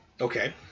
Okay